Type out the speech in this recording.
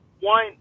one